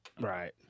right